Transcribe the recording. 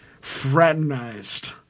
fraternized